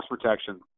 protection